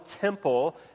temple